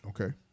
Okay